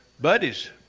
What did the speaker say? buddies